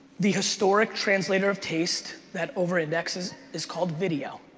the historic translator of taste that over-indexes is called video.